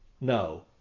No